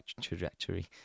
trajectory